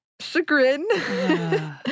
chagrin